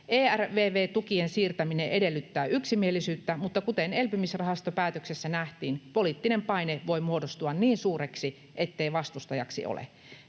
ERVV-tukien siirtäminen edellyttää yksimielisyyttä, mutta kuten elpymisrahastopäätöksessä nähtiin, poliittinen paine voi muodostua niin suureksi, ettei vastustajaksi ole.